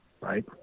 right